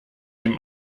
dem